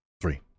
Three